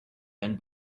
been